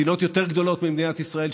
מדינות יותר גדולות ממדינת ישראל,